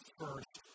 first